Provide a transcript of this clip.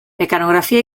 mekanografia